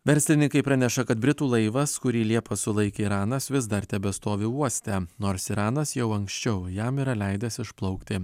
verslininkai praneša kad britų laivas kurį liepą sulaikė iranas vis dar tebestovi uoste nors iranas jau anksčiau jam yra leidęs išplaukti